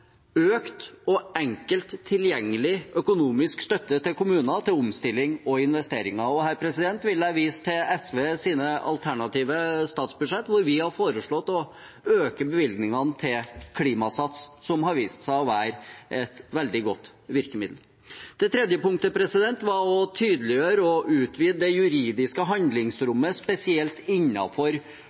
Økt og enkelt tilgjengelig økonomisk støtte til kommuner til omstilling og investeringer. Her vil jeg vise til SVs alternative statsbudsjett, hvor vi har foreslått å øke bevilgningene til Klimasats, som har vist seg å være et veldig godt virkemiddel. Tydeliggjøre og utvide det juridiske handlingsrommet, spesielt